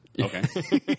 Okay